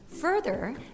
Further